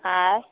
आएँ